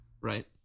Right